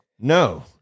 No